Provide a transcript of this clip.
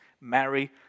Marry